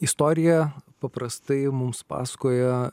istorija paprastai mums pasakoja